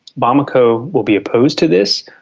bamako will be opposed to this.